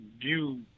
view